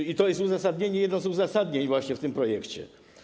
I to jest uzasadnienie, jedno z uzasadnień właśnie w tym projekcie.